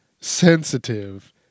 sensitive